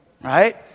right